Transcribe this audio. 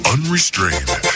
Unrestrained